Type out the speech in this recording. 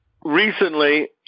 recently